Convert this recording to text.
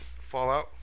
Fallout